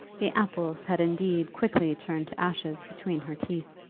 the apples had indeed quickly turned to ashes between her teeth!